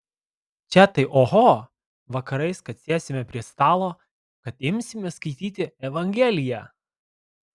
čia tai oho vakarais kad sėsime prie stalo kad imsime skaityti evangeliją